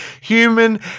Human